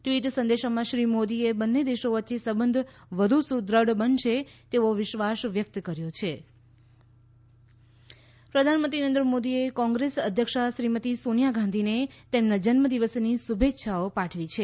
tweet સંદેશમાં શ્રી મોદીએ બંને દેશો વચ્ચે સંબંધ વધુ સુદૃઢ થશે તેવો વિશ્વાસ વ્યક્ત કર્યો છે મોદી સોનિયા પ્રધાનમંત્રી નરેન્દ્ર મોદીએ કોંગ્રેસ અધ્યક્ષા શ્રીમતી સોનિયા ગાંધીને તેમના જન્મદિવસની શુભેચ્છાઓ પાઠવી છે